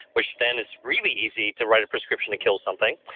which then is really easy to write a prescription to kill something,